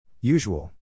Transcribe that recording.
Usual